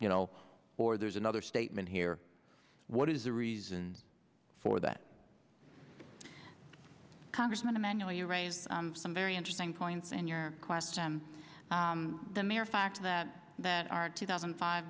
you know or there's another statement here what is the reason for that congressman emanuel you raised some very interesting points in your question the mere fact that our two thousand five